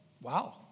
wow